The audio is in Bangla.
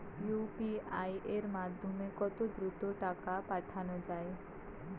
ইউ.পি.আই এর মাধ্যমে কত দ্রুত টাকা পাঠানো যায়?